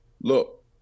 look